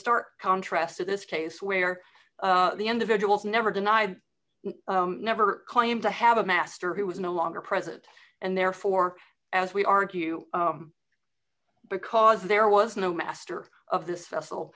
stark contrast to this case where the individuals never denied never claim to have a master who was no longer present and therefore as we argue because there was no master of this ves